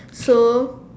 so